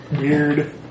weird